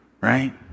right